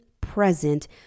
present